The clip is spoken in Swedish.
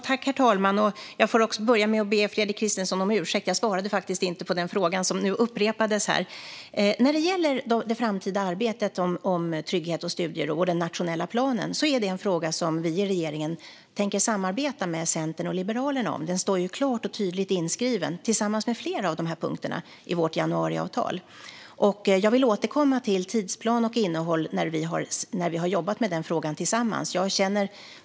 Herr talman! Jag får börja med att be Fredrik Christensson om ursäkt - jag svarade faktiskt inte på den fråga som nu upprepades. När det gäller det framtida arbetet med trygghet och studiero och den nationella planen är det en fråga som vi i regeringen tänker samarbeta med Centern och Liberalerna om. Den står klart och tydligt inskriven, tillsammans med flera av dessa punkter, i vårt januariavtal. Jag vill återkomma till tidsplan och innehåll när vi har jobbat med frågan tillsammans.